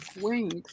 wings